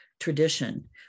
Tradition